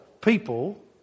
people